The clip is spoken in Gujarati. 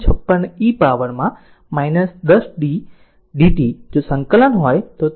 56 e પાવરમાં 10 t dt જો સંકલન હોય તો 0